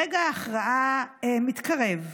רגע ההכרעה מתקרב.